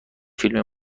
فیلم